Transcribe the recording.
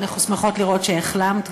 אנחנו שמחות לראות שהחלמת,